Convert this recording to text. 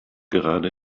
gerade